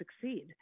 succeed